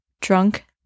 Drunk